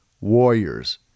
warriors